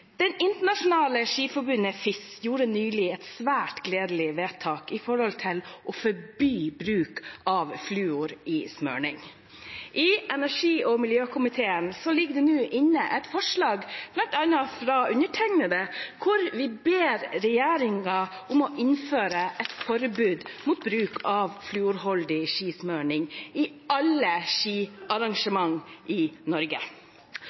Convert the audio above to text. internasjonale skiforbundet, FIS, gjorde nylig et svært gledelig vedtak ved å forby bruk av fluor i skismøring. I energi- og miljøkomiteen ligger det nå inne et forslag fra bl.a. undertegnede, der vi ber regjeringen om å innføre et forbud mot bruk av fluorholdig skismøring i alle skiarrangement i Norge.